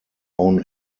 own